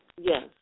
Yes